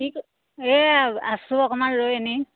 কি এই আছোঁ অকমান ৰৈ এনেই